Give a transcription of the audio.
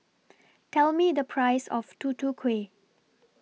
Tell Me The Price of Tutu Kueh